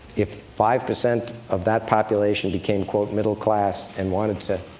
if five percent of that population became, quote, middle class, and wanted to